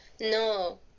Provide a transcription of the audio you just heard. No